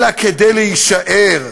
אלא כדי להישאר,